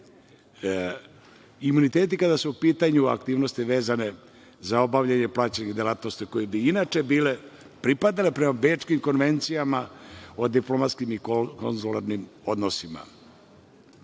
imuniteti kada su u pitanju aktivnosti vezane za obavljanje plaćenih delatnosti, a koje bi inače pripadale prema bečkim konvencijama o diplomatskim i konzularnim odnosima. Šta